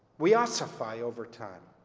we ossify over time.